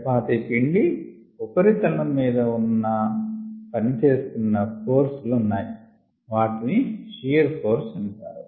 చపాతి పిండి ఉపరితలం మీద పనిచేస్తున్న ఫోర్స్ లు ఉన్నాయి వాటిని షియర్ ఫోర్స్ అంటారు